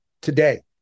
today